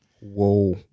Whoa